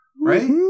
right